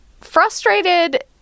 frustrated